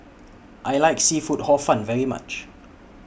I like Seafood Hor Fun very much